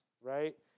right